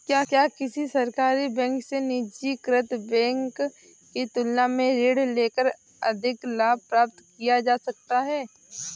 क्या किसी सरकारी बैंक से निजीकृत बैंक की तुलना में ऋण लेकर अधिक लाभ प्राप्त किया जा सकता है?